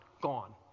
gone